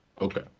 Okay